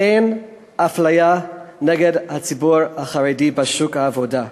אין אפליה נגד הציבור החרדי בשוק העבודה.